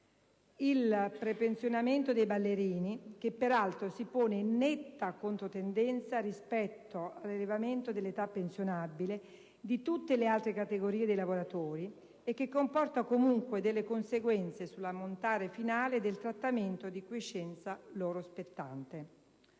il prepensionamento dei ballerini, che peraltro si pone in netta controtendenza rispetto all'elevamento dell'età pensionabile di tutte le altre categorie di lavoratori e che comporta comunque delle conseguenze sull'ammontare finale del trattamento di quiescenza loro spettante.